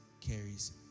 carries